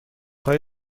های